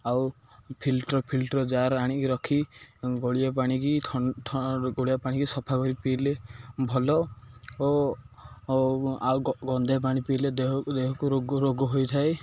ଆଉ filter filter jar ଆଣିକି ରଖି ଗୋଳିଆ ପାଣିକି ଗୋଡ଼ିଆ ପାଣିକି ସଫା କରି ପିଇଲେ ଭଲ ଓ ଆଉ ଗନ୍ଧା ପାଣି ପିଇଲେ ଦେହ ଦେହକୁ ରୋଗ ହୋଇଥାଏ